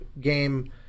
game